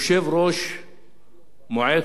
מועצת דאלית-אל-כרמל.